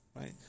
right